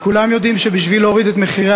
כולם יודעים שבשביל להוריד את מחירי